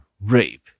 rape